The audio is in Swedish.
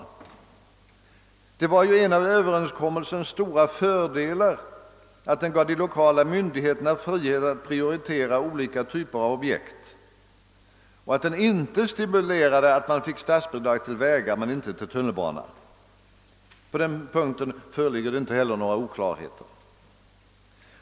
Det var ju en av överenskommelsens stora fördelar att den gav de lokala myndigheterna frihet att prioritera olika typer av objekt och att den inte stipulerade att man fick statsbidrag till vägar men inte till tunnelbana.> På den punkten föreligger det inte heller några oklarheter.